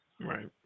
Right